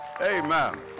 Amen